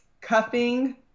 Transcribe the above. Cuffing